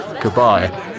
Goodbye